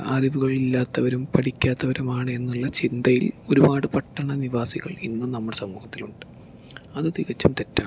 അറിവുകളില്ലാത്തവരും പഠിക്കാത്തവരുമാണ് എന്നുള്ള ചിന്തയിൽ ഒരുപാട് പട്ടണ നിവാസികൾ ഇന്ന് നമ്മുടെ സമൂഹത്തിലുണ്ട് അത് തികച്ചും തെറ്റാണ്